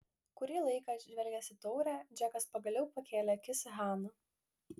kurį laiką žvelgęs į taurę džekas pagaliau pakėlė akis į haną